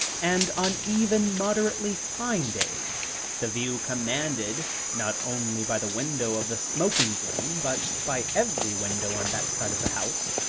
and on even moderately fine days, the view commanded, not only by the window of the smoking-room, but by every window on that side of the house,